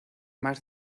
más